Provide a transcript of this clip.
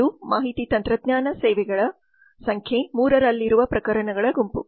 ಅದು ಮಾಹಿತಿ ತಂತ್ರಜ್ಞಾನ ಸೇವೆಗಳ ಸಂಖ್ಯೆ 3 ರಲ್ಲಿರುವ ಪ್ರಕರಣಗಳ ಗುಂಪು